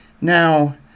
Now